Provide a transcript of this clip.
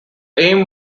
aim